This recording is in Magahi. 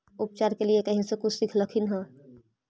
उपचार के लीये कहीं से कुछ सिखलखिन हा?